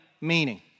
meaning